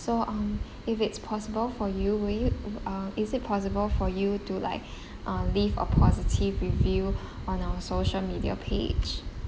so um if it's possible for you will you would uh is it possible for you to like uh leave a positive review on our social media page